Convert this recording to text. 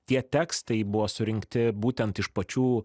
tie tekstai buvo surinkti būtent iš pačių